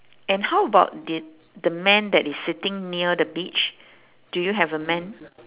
and how about did the man that is sitting near the beach do you have a man